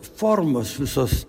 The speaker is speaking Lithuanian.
formos visos